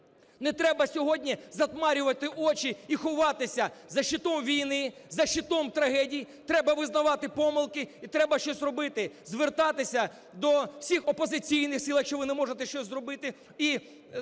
Не треба сьогодні затьмарювати очі і ховатися за щитом війни, за щитом трагедій, треба визнавати помилки і треба, щось робити, звертатися до всіх опозиційних сил, якщо ви не можете щось зробити,